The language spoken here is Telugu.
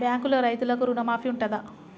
బ్యాంకులో రైతులకు రుణమాఫీ ఉంటదా?